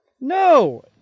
No